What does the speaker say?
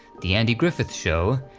the andy griffith show,